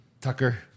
Tucker